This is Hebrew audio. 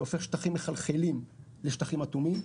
שהופך שטחים מחלחלים לשטחים אטומים.